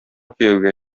кияүгә